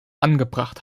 angebracht